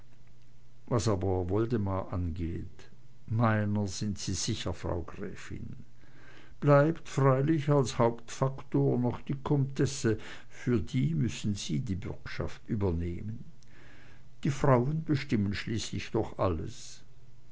was aber woldemar angeht meiner sind sie sicher frau gräfin bleibt freilich als hauptfaktor noch die comtesse für die müssen sie die bürgschaft übernehmen die frauen bestimmen schließlich doch alles